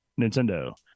Nintendo